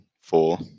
four